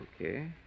okay